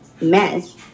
mess